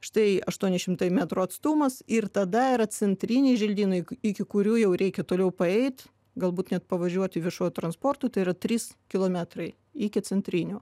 štai aštuoni šimtai metrų atstumas ir tada yra centriniai želdynai i iki kurių jau reikia toliau paeit galbūt net pavažiuoti viešuoju transportu tai yra trys kilometrai iki centrinių